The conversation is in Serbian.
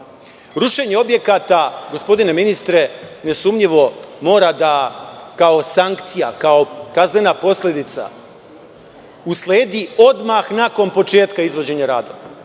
Rušenje objekata, gospodine ministre, nesumnjivo mora kao sankcija, kao kaznena posledica, da usledi odmah nakon početka izvođenja radova.